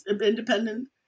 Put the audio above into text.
independent